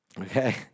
okay